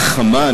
החמה,